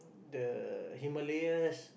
the Himalayas